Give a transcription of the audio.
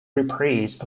reprise